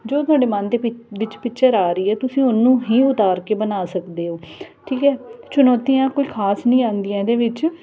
ਜੋ ਤੁਹਾਡੇ ਮਨ ਦੇ ਪਿ ਵਿੱਚ ਪਿਚਰ ਆ ਰਹੀ ਹੈ ਤੁਸੀਂ ਉਹਨੂੰ ਹੀ ਉਤਾਰ ਕੇ ਬਣਾ ਸਕਦੇ ਹੋ ਠੀਕ ਹੈ ਚੁਣੌਤੀਆਂ ਕੋਈ ਖ਼ਾਸ ਨਹੀਂ ਆਉਂਦੀਆਂ ਇਹਦੇ ਵਿੱਚ